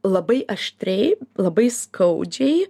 labai aštriai labai skaudžiai